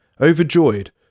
overjoyed